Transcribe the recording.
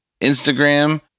Instagram